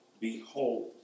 behold